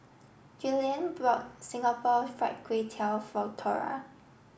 Julian bought Singapore Fried Kway Tiao for Thora